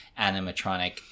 animatronic